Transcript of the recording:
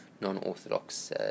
non-Orthodox